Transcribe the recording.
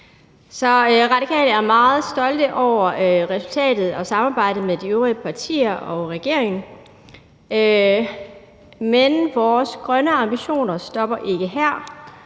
Radikale er meget stolte over resultatet af samarbejdet med de øvrige partier og regeringen, men vores grønne ambitioner stopper ikke her,